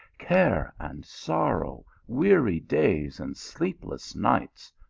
care and sorrow, weary days and sleepless nights,